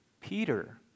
Peter